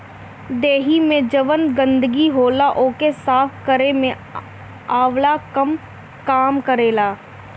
देहि में जवन गंदगी होला ओके साफ़ केरे में आंवला काम करेला